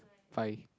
five